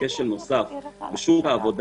כשל נוסף בשוק העבודה